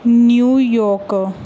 New York